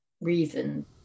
reason